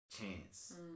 Chance